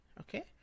okay